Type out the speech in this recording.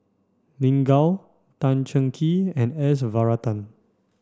Lin Gao Tan Cheng Kee and S Varathan